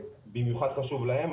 שבמיוחד חשוב להם,